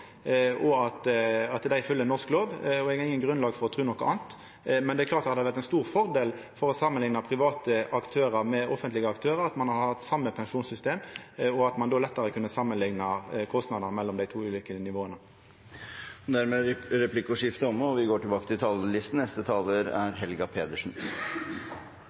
pensjonsvilkår, og at dei følgjer norsk lov. Eg har ikkje grunnlag for å tru noko anna. Det hadde vore ein stor fordel å samanlikna private aktørar med offentlege aktørar – at ein hadde hatt det same pensjonssystemet. Ein hadde då lettare kunna samanlikna kostnadene i dei to ulike nivåa. Replikkordskiftet er omme. Mens andre europeiske land fortsatt sliter med ettervirkningene av finanskrisen, har vi